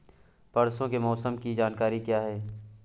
परसों के मौसम की जानकारी क्या है?